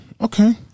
Okay